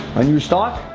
a new stock